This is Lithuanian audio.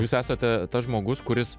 jūs esate tas žmogus kuris